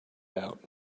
out